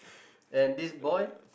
and this boy